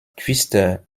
twister